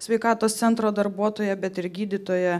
sveikatos centro darbuotoja bet ir gydytoja